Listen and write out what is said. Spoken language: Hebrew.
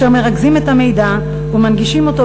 אשר מרכזים את המידע ומנגישים אותו